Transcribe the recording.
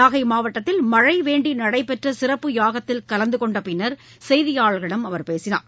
நாகை மாவட்டத்தில் மழை வேண்டி நடைபெற்ற சிறப்பு யாகத்தில் கலந்து கொண்ட பின்னர் செய்தியாளர்களிடம் அவர் பேசினார்